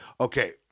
Okay